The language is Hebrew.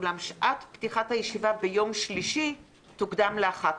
אולם שעת פתיחת הישיבה ביום שלישי תוקדם ל-11:00.